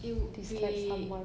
it would be